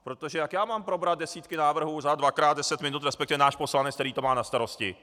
Protože jak já mám probrat desítky návrhů za dvakrát deset minut, resp. náš poslanec, který to má na starosti?